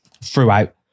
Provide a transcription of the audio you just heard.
throughout